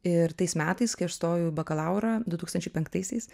ir tais metais kai aš stojau į bakalaurą du tūkstančiai penktaisiais